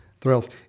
thrills